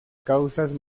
causas